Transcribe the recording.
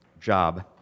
job